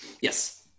Yes